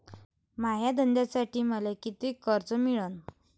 माया धंद्यासाठी मले कितीक कर्ज मिळनं?